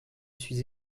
suis